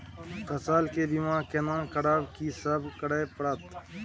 फसल के बीमा केना करब, की सब करय परत?